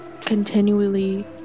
continually